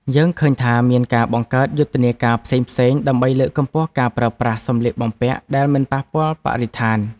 យើងឃើញថាមានការបង្កើតយុទ្ធនាការផ្សេងៗ ដើម្បីលើកកម្ពស់ការប្រើប្រាស់សម្លៀកបំពាក់ដែលមិនប៉ះពាល់បរិស្ថាន។